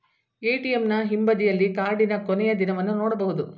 ಎ.ಟಿ.ಎಂನ ಹಿಂಬದಿಯಲ್ಲಿ ಕಾರ್ಡಿನ ಕೊನೆಯ ದಿನವನ್ನು ನೊಡಬಹುದು